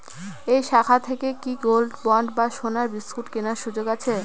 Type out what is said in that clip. এই শাখা থেকে কি গোল্ডবন্ড বা সোনার বিসকুট কেনার সুযোগ আছে?